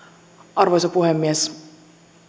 arvoisa puhemies